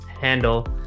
handle